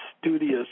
studious